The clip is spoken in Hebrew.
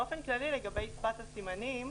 באופן כללי לגבי שפת הסימנים,